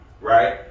right